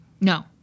No